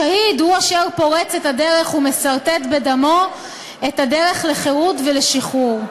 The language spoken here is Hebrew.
השהיד הוא אשר פורץ את הדרך ומסרטט בדמו את הדרך לחירות ולשחרור.